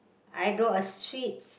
I draw a sweets